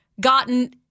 gotten